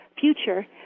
future